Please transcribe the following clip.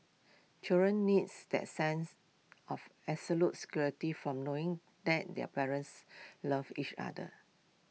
children needs that sense of security from knowing that their parents love each other